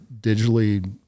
digitally